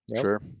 Sure